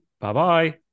Bye-bye